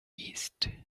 east